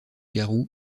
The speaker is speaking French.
garous